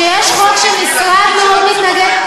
כשיש חוק שמשרד מאוד מתנגד,